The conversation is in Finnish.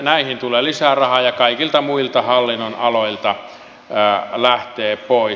näihin tulee lisää rahaa ja kaikilta muilta hallinnonaloilta lähtee pois